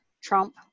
Trump